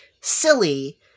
silly